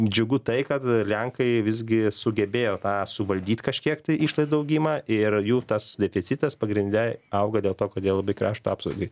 džiugu tai kad lenkai visgi sugebėjo tą suvaldyti kažkiek tai išlaidų augimą ir jų tas deficitas pagrinde auga dėl to kad jie labai krašto apsaugai